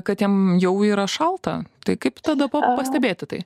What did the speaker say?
kad jam jau yra šalta tai kaip tada pastebėti tai